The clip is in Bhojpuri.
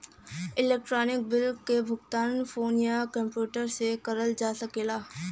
इलेक्ट्रानिक बिल क भुगतान फोन या कम्प्यूटर से करल जा सकला